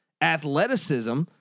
athleticism